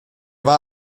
war